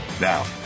Now